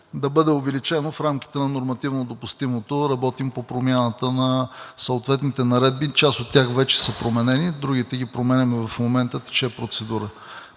да бъдат увеличени в рамките на нормативно допустимото. Работим по промяната на съответните наредби. Част от тях вече са променени, другите ги променяме – в момента тече процедура.